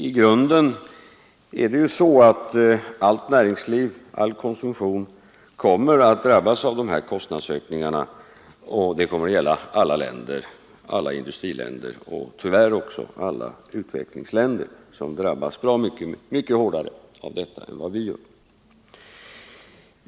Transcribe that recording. I grunden kommer hela näringslivet och all konsumtion att drabbas av dessa kostnadsökningar. Det kommer att gälla alla industriländer och tyvärr också alla utvecklingsländer — dessa drabbas mycket hårdare än vad vi gör. Herr talman!